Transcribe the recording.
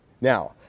Now